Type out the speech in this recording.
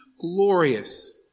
glorious